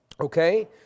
Okay